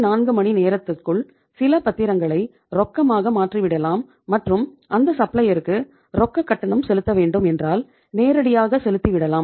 24 மணி நேரத்திற்குள் சில பத்திரங்களை ரொக்கமாக மாற்றிவிடலாம் மற்றும் அந்த சப்ளையர்ருக்கு ரொக்க கட்டணம் செலுத்த வேண்டும் என்றால் நேரடியாக செலுத்தி விடலாம்